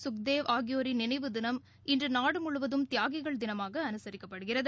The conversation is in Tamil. சுக்தேவ் ஆகியோரின் நினைவு தினம் இன்று நாடு முழுவதும் தியாகிகள் தினமாக அனுசரிக்கப்படுகிறது